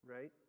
right